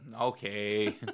okay